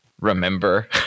remember